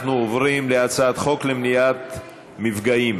אנחנו עוברים להצעת חוק למניעת מפגעים